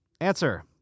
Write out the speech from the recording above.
Answer